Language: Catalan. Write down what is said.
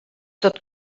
tot